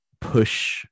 push